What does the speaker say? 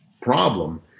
problem